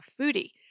foodie